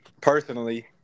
personally